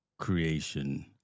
creation